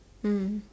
mm